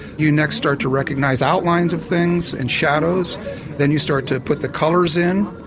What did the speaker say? you next start to recognise outlines of things and shadows then you start to put the colours in,